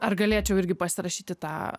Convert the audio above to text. ar galėčiau irgi pasirašyti tą